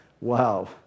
wow